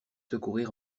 secourir